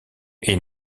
est